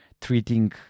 treating